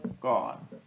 Gone